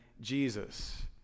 Jesus